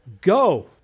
Go